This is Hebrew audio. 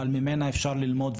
אבל ממנה אפשר ללמוד,